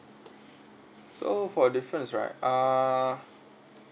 so for a difference right uh